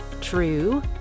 true